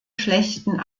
schlechten